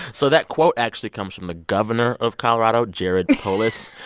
so that quote actually comes from the governor of colorado, jared polis